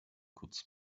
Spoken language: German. kurz